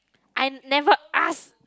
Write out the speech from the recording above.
I never ask